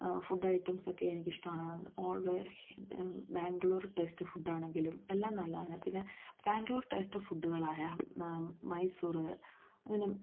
food ഐറ്റംസൊക്കെ എനിക്കിഷ്ടമാണ് always Bangalore taste ഫുഡ്ഡാണെങ്കിലും എല്ലാം നല്ലതാണ് പിന്നെ ബാംഗ്ലൂർ ടേസ്റ്റ് ഫുഡുകളായ മൈസൂർ ഇങ്ങനെയും